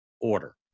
order